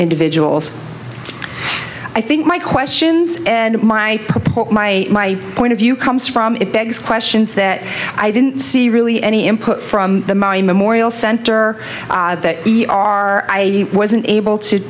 individuals i think my questions and my my my point of view comes from it begs questions that i didn't see really any input from the mine memorial center that i wasn't able to